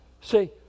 See